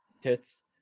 tits